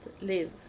live